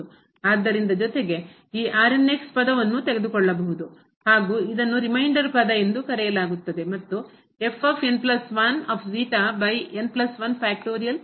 ಆದ್ದರಿಂದ ಜೊತೆಗೆ ಈ ಪದವನ್ನು ತೆಗೆದುಕೊಳ್ಳಬೇಕು ಹಾಗೂ ಇದನ್ನು ರಿಮೈಂಡರ್ ಉಳಿದ ಪದ ಎಂದು ಕರೆಯಲಾಗುತ್ತದೆ ಮತ್ತು ರಿಮೈಂಡರ್ ಉಳಿದ ಪದದ ಒಂದು ರೂಪವಾಗಿದೆ